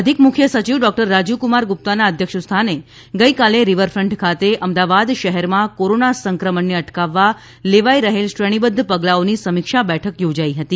અધિક મુખ્ય સચિવ ડોકટર રાજીવકુમાર ગુપ્તાના અધ્યક્ષ સ્થાને ગઇકાલે રીવરફન્ટ ખાતે અમદાવાદ શહેરમાં કોરોના સંક્રમણને અટકાવવા લેવાઇ રહેલ શ્રેણીબદ્ધ પગલાઓની સમીક્ષા બેઠક યોજાઇ હતી